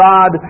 God